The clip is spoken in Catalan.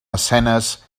escenes